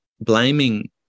blaming